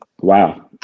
Wow